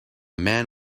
man